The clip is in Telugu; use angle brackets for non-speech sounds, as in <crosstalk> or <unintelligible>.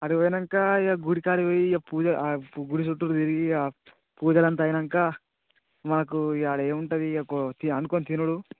ఆడకి పోయినాక ఇక గుడి కాడకి పోయి ఆ పూజ ఆ గుడి చుట్టూ తిరిగి ఆ పూజలంతా అయినాక మాకు ఇక ఆడ ఏముంటుంది <unintelligible> తి వండుకొని తినుడు